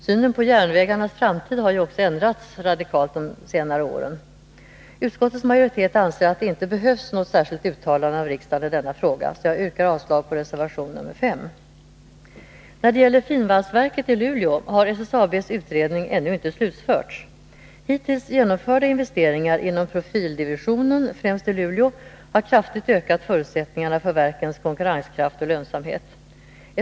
Synen på järnvägarnas framtid har ju också ändrats radikalt under de senaste åren. Utskottets majoritet anser att det inte behövs något särskilt uttalande av riksdagen i denna fråga. Jag yrkar avslag på reservation nr 5. När det gäller finvalsverket i Luelå har SSAB:s utredning ännu inte slutförts. Hittills genomförda investeringar inom profildivisionen, främst i Luleå, har kraftigt ökat förutsättningarna för verkens konkurrenskraft och lönsamhet.